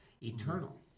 eternal